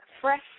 fresh